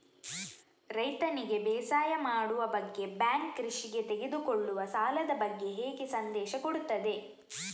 ರೈತನಿಗೆ ಬೇಸಾಯ ಮಾಡುವ ಬಗ್ಗೆ ಬ್ಯಾಂಕ್ ಕೃಷಿಗೆ ತೆಗೆದುಕೊಳ್ಳುವ ಸಾಲದ ಬಗ್ಗೆ ಹೇಗೆ ಸಂದೇಶ ಕೊಡುತ್ತದೆ?